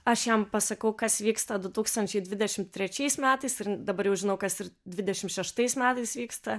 aš jam pasakau kas vyksta du tūkstančiai dvidešimt trečiais metais ir dabar jau žinau kas ir dvidešimt šeštais metais vyksta